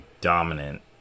dominant